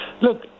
Look